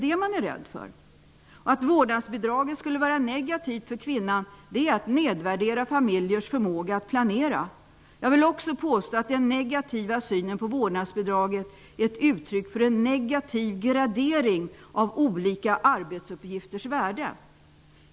Att säga att vårdnadsbidraget skulle vara negativt för kvinnan är att nedvärdera familjers förmåga att planera. Jag vill också påstå att den negativa synen på vårdnadsbidraget är ett uttryck för en negativ gradering av olika arbetsuppgifters värde.